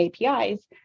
APIs